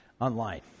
online